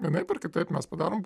vienaip ar kitaip mes padarom